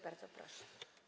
Bardzo proszę.